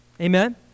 Amen